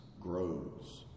grows